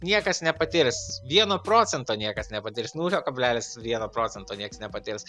niekas nepatirs vieno procento niekas nepatirs nulio kablelis vieno procento nieks nepatirs